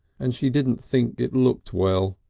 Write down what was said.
and she didn't think it looked well,